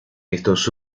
estos